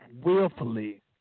willfully